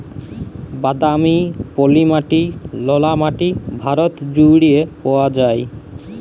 বাদামি, পলি মাটি, ললা মাটি ভারত জুইড়ে পাউয়া যায়